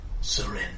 Surrender